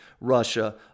Russia